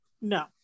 No